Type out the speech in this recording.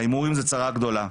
ההימורים זו צרה גדולה.